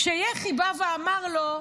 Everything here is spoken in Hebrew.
כשיחי בא ואמר לו: